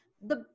the-